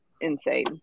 insane